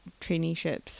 traineeships